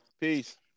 Peace